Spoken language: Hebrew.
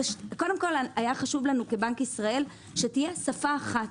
היה חשוב לנו כבנק ישראל שתהיה שפה אחת.